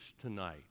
tonight